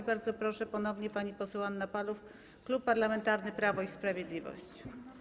I bardzo proszę, ponownie pani poseł Anna Paluch, Klub Parlamentarny Prawo i Sprawiedliwość.